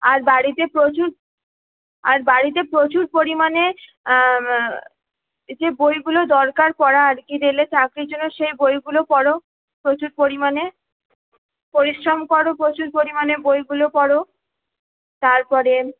আর বাড়িতে প্রচুর আর বাড়িতে প্রচুর পরিমাণে যে বইগুলো দরকার পড়ার কি রেলে চাকরির জন্য সেই বইগুলো পড়ো প্রচুর পরিমাণে পরিশ্রম করো প্রচুর পরিমাণে বইগুলো পড়ো তারপরে